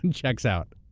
and checks out.